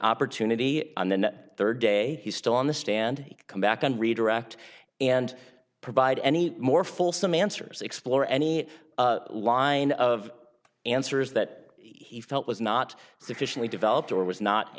opportunity on the net third day he's still on the stand come back on redirect and provide any more fulsome answers explore any line of answers that he felt was not sufficiently developed or was not